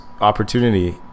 opportunity